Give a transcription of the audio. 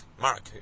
Mark